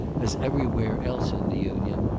as every where else in the union,